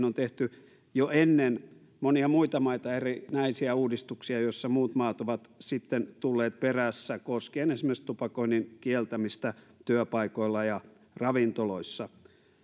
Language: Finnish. on tehty tupakkalakiin aikanaan jo ennen monia muita maita erinäisiä uudistuksia joissa muut maat ovat sitten tulleet perässä koskien esimerkiksi tupakoinnin kieltämistä työpaikoilla ja ravintoloissa